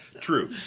true